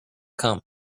come